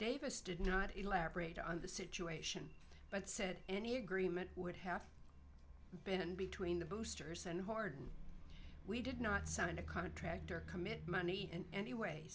davis did not elaborate on the situation but said any agreement would have been between the boosters and harden we did not sign a contract or commit money in any way